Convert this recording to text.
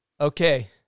Okay